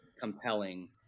compelling